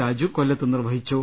രാജു കൊല്ലത്ത് നിർവഹിച്ചു